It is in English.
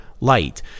light